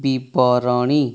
ବିବରଣୀ